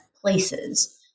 places